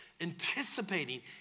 anticipating